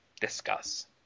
Discuss